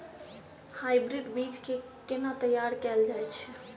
Hybrid बीज केँ केना तैयार कैल जाय छै?